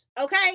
okay